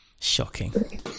Shocking